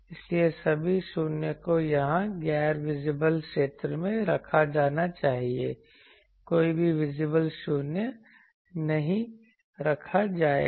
इसलिए सभी शून्य को यहां गैर विजिबल क्षेत्र में रखा जाना चाहिए कोई भी विजिबल शून्य नहीं रखा जाएगा